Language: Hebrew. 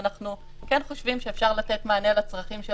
ואנחנו כן חושבים שאפשר לתת מענה לצרכים של